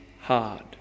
hard